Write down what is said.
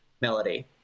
melody